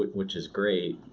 like which is great.